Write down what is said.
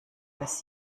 dass